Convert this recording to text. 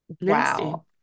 Wow